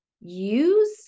use